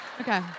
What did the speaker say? Okay